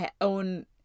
own